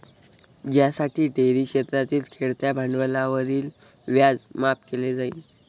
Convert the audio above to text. ज्यासाठी डेअरी क्षेत्रातील खेळत्या भांडवलावरील व्याज माफ केले जाईल